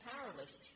powerless